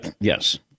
yes